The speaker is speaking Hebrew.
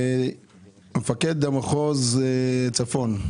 מפקד מחוז צפון,